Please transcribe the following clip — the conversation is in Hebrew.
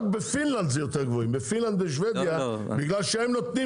רק בפינלנד ובשוודיה בגלל שהם נותנים